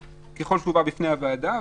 ככל שהיא הובאה בפני הוועדה,